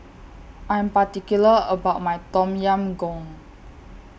I'm particular about My Tom Yam Goong